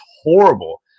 horrible